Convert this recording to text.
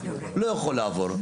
לא יכול לעבור,